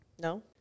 No